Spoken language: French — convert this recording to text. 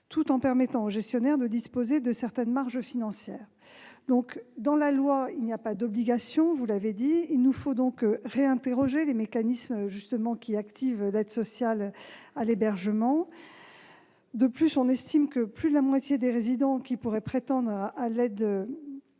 tout en permettant aux gestionnaires de disposer de certaines marges financières. Dans la loi, il n'y a pas d'obligation, vous l'avez dit. Il nous faut donc réinterroger les mécanismes qui activent l'aide sociale à l'hébergement. Par ailleurs, on estime que plus de la moitié des résidents qui pourraient prétendre à l'aide sociale